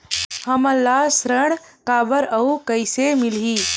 हमला ऋण काबर अउ कइसे मिलही?